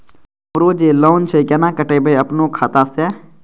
हमरो जे लोन छे केना कटेबे अपनो खाता से?